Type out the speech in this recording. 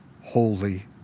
holy